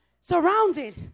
surrounded